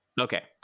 okay